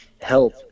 help